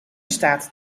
staat